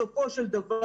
בסופו של דבר,